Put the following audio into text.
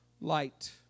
light